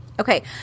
Okay